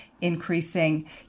increasing